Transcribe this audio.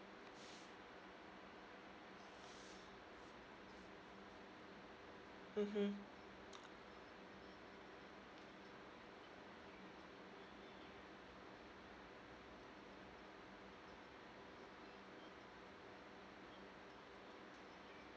mmhmm